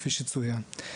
כפי שצוין.